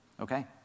Okay